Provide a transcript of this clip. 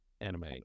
anime